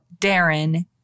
Darren